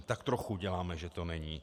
Tak trochu děláme, že to není.